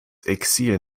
exil